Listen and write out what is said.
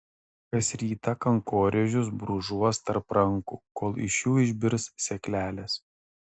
kas rytą kankorėžius brūžuos tarp rankų kol iš jų išbirs sėklelės